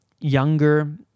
younger